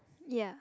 ya